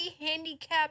handicapped